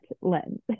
lens